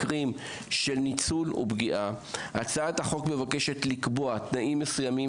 מקרים של ניצול ופגיעה הצעת החוק מבקשת לקבוע תנאים מסוימים